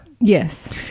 Yes